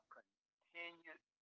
continued